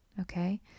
Okay